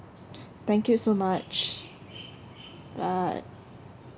thank you so much bye